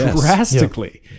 drastically